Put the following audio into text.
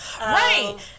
right